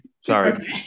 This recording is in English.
sorry